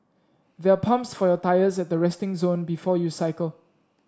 there are pumps for your tyres at the resting zone before you cycle